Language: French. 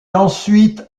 ensuite